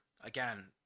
again